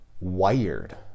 wired